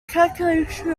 calculation